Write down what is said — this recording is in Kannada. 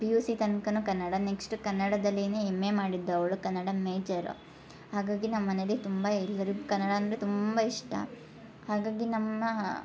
ಪಿ ಯು ಸಿ ತನ್ಕವೂ ಕನ್ನಡ ನೆಕ್ಸ್ಟ್ ಕನ್ನಡದಲ್ಲೇ ಎಮ್ ಮಾಡಿದ್ದು ಅವಳು ಕನ್ನಡ ಮೇಜರ್ ಹಾಗಾಗಿ ನಮ್ಮ ಮನೆಯಲ್ಲಿ ತುಂಬ ಎಲ್ಲರೂ ಕನ್ನಡ ಅಂದರೆ ತುಂಬ ಇಷ್ಟ ಹಾಗಾಗಿ ನಮ್ಮ